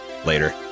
Later